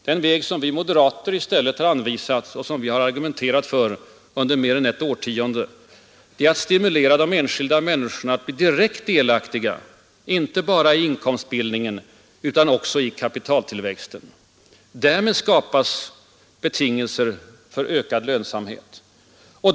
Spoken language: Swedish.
Den väg som vi moderater i stället anvisat och som vi har argumenterat för under mer än ett årtionde är att stimulera de enskilda människorna att bli direkt delaktiga inte bara i inkomstbildningen utan också i kapitaltillväxten. Därmed skapas betingelser för ökad lönsamhet.